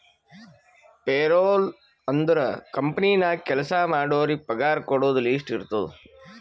payroll ಅಂದುರ್ company ನಾಗ್ ಕೆಲ್ಸಾ ಮಾಡೋರಿಗ ಪಗಾರ ಕೊಡೋದು ಲಿಸ್ಟ್ ಇರ್ತುದ್